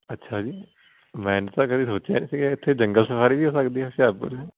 ਅੱਛਾ ਜੀ ਮੈਨੇ ਤਾਂ ਕਦੇ ਸੋਚਿਆ ਨੀ ਸੀ ਐਥੇ ਜੰਗਲ ਸਫਾਰੀ ਵੀ ਹੋ ਸਕਦੀ ਐ ਹੁਸ਼ਿਆਰਪੁਰ ਚ